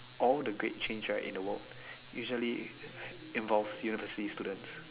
all the great change right in the world usually involve university students